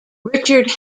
richard